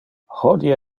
hodie